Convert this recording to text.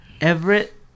Everett